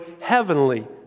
heavenly